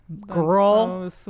girl